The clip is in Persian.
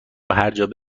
هرجایی